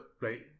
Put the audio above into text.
right